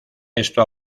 esto